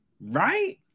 right